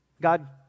God